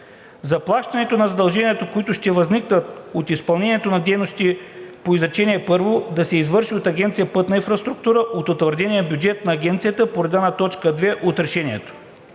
Заплащането на задълженията, които ще възникнат от изпълнението на дейностите по изречение първо, да се извърши от Агенция „Пътна инфраструктура“ от утвърдения бюджет на Агенцията по реда на т. 2 от решението.